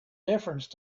difference